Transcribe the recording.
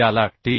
याला टी